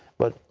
but,